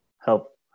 help